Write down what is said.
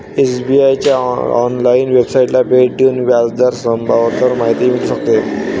SBI च्या online वेबसाइटला भेट देऊन व्याज दर स्तंभावर माहिती मिळू शकते